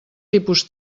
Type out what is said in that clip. tipus